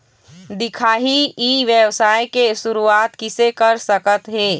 दिखाही ई व्यवसाय के शुरुआत किसे कर सकत हे?